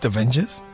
Avengers